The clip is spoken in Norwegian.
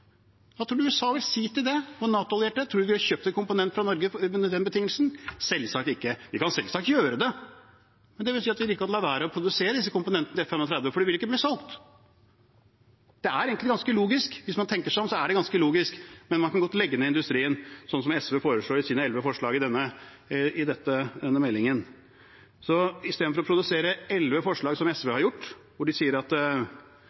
det – vår NATO-allierte? Ville de kjøpt en komponent fra Norge under den betingelsen? Selvsagt ikke. Vi kan selvsagt gjøre det, men det betyr at vi like godt kan la være å produsere disse komponentene til F-35, for de vil ikke bli solgt. Det er egentlig ganske logisk. Hvis man tenker seg om, er det ganske logisk. Men man kan godt legge ned industrien, slik SV foreslår i sine 11 forslag til denne meldingen. Så i stedet for å produsere 11 forslag, som SV